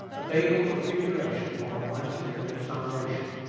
a babel of figuration on a lightly laid foundation.